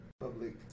public